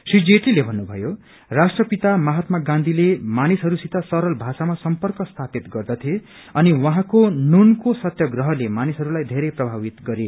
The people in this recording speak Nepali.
श्री जेटलीले भन्नुभयो राष्ट्रपिता महात्मा गाँधीले मानिसहस्वसित सरल भाषामा सर्म्पक स्यापित गर्दथे अनि उहाँको नूनको सत्यग्रहले मानिसहरूलाई बेरै प्रमावित गरे